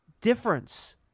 difference